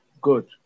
Good